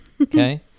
okay